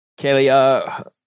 Kaylee